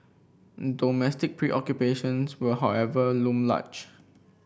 domestic preoccupations will however loom large